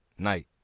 night